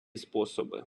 способи